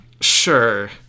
sure